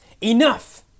Enough